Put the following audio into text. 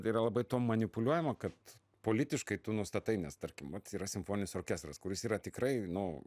tai yra labai tuo manipuliuojama kad politiškai tu nustatai nes tarkim vat yra simfoninis orkestras kuris yra tikrai nu